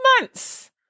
months